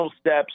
steps